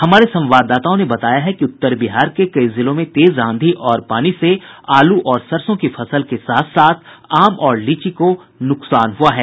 हमारे संवाददाताओं ने बताया है कि उत्तर बिहार के कई जिलों में तेज आंधी और पानी से आलू और सरसों की फसल के साथ साथ आम और लीची को नुकसान हुआ है